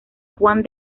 juan